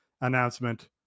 announcement